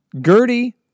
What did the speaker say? Gertie